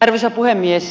arvoisa puhemies